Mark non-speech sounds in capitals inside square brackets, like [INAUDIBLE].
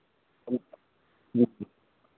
[UNINTELLIGIBLE]